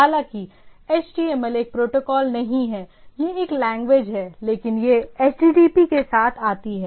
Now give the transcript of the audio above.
हालांकि HTML एक protocol नहीं है यह एक लैंग्वेज है लेकिन यह HTTP के साथ आती है